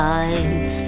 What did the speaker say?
eyes